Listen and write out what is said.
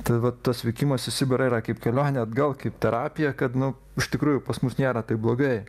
tai vat tas vykimas į sibirą yra kaip kelionė atgal kaip terapija kad nu iš tikrųjų pas mus nėra taip blogai